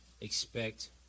expect